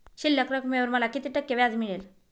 शिल्लक रकमेवर मला किती टक्के व्याज मिळेल?